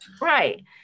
Right